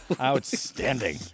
Outstanding